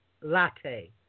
latte